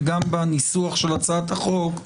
וגם בניסוח של הצעת החוק,